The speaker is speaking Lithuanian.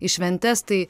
į šventes tai